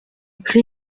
prit